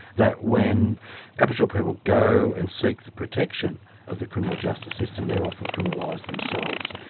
that when aboriginal people go and seek the protection of the criminal justice system, they're often criminalised themselves,